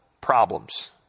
problems